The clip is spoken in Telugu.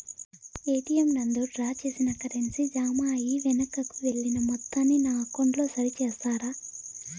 ఎ.టి.ఎం నందు డ్రా చేసిన కరెన్సీ జామ అయి వెనుకకు వెళ్లిన మొత్తాన్ని నా అకౌంట్ లో సరి చేస్తారా?